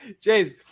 James